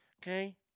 Okay